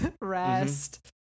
rest